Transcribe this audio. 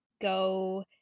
go